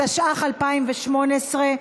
התשע"ח 2018,